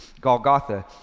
Golgotha